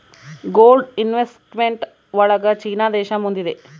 gold investment ಒಳಗ ಚೀನಾ ದೇಶ ಮುಂದಿದೆ